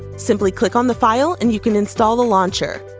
simply click on the file and you can install the launcher.